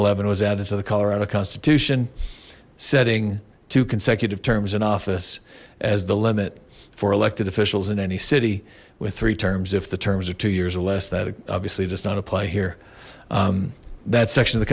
eleven was added to the colorado constitution setting two consecutive terms in office as the limit for elected officials in any city with three terms if the terms are two years or less that obviously does not apply here that section of the